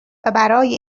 برای